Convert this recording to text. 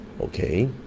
Okay